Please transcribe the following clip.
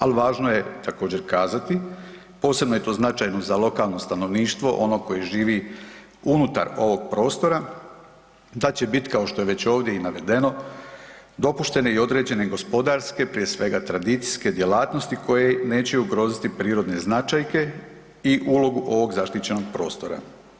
Ali važno je također, kazati, posebno je to značajno za lokalno stanovništvo, ono koje živi unutar ovog prostora, da će biti kao što je već ovdje i navedeno, dopuštene i određene gospodarske, prije svega, tradicijske djelatnosti koje neće ugroziti prirodne značajne i ulogu ovog zaštićenog prostora.